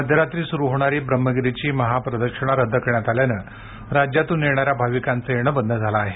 मध्यरात्री सुरू होणारी ब्रह्मगिरीची महा प्रदक्षिणा रद्द करण्यात आल्यामुळे राज्यातून येणाऱ्या भाविकांचे येणे बंद झाले आहे